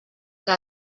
que